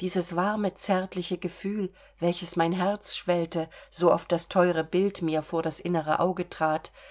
dieses warme zärtliche gefühl welches mein herz schwellte so oft das teure bild mir vor das innere auge trat